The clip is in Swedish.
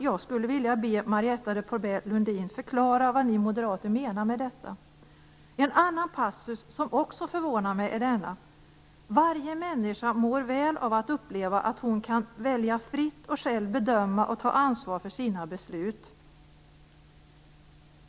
Jag skulle vilja be Marietta de Porbaix-Lundin att förklara vad ni moderater menar med detta. En annan passus som också förvånar mig är denna: "Varje människa mår väl av att uppleva att hon kan välja fritt och själv bedöma och ta ansvar för sina beslut."